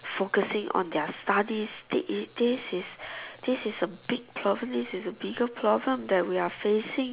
focusing on their studies they is this is this is a big probably it's a bigger problem that we are facing